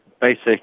basic